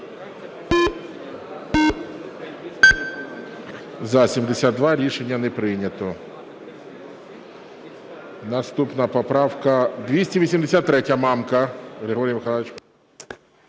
За-72 Рішення не прийнято. Наступна поправка 283-я, Мамка